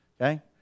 okay